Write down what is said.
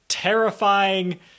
terrifying